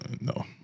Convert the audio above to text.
No